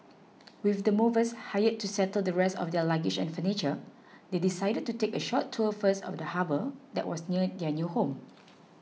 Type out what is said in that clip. with the movers hired to settle the rest of their luggage and furniture they decided to take a short tour first of the harbour that was near their new home